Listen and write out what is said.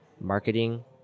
marketing